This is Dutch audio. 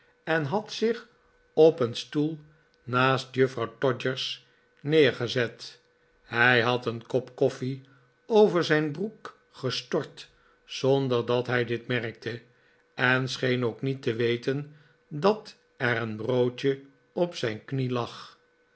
en had zich op een stoel naast juffrouw todgers neergezet hij had een kop koffie over zijn broek gestort zonder dat hij dit merkte en scheen ook niet te weten dat er een broodje op zijn knie lag